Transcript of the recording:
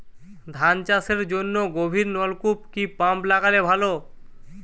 ধান চাষের জন্য গভিরনলকুপ কি পাম্প লাগালে ভালো?